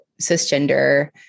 cisgender